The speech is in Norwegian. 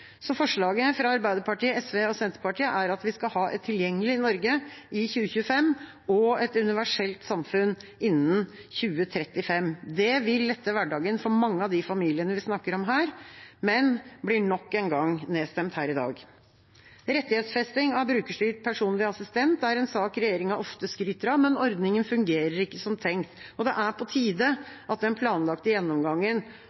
Så forslaget fra Arbeiderpartiet, SV og Senterpartiet er at vi skal ha et tilgjengelig Norge i 2025 og et universelt samfunn innen 2035, det vil lette hverdagen for mange av de familiene vi her snakker om, men blir nok en gang nedstemt her i dag. Rettighetsfesting av brukerstyrt personlig assistent er en sak regjeringa ofte skryter av, men ordningen fungerer ikke som tenkt. Det er på